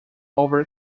over